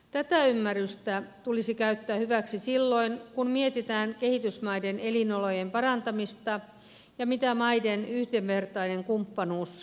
tätä ymmärrystä tulisi käyttää hyväksi silloin kun mietitään kehitysmaiden elinolojen parantamista ja sitä mitä maiden yhdenvertainen kumppanuus voisi tarkoittaa